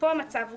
פה המצב שונה.